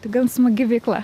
tai gan smagi veikla